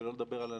שלא לדבר על אנשים.